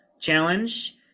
challenge